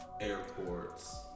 Airport's